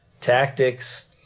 tactics